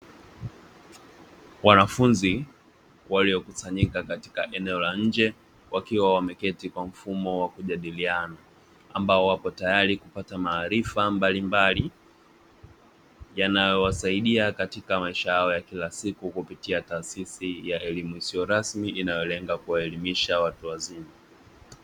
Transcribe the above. Wanafunzi waliokusanyika katika eneo la nje, wakiwa wameketi kwa mfumo wa kujadiliana ambao wapo tayari kupata maarifa mbalimbali yanayo wasaidia katika maisha yao ya kila siku kupitia taasisi ya elimu isiyo rasmi inayolenga kuwaelimisha watu wazima.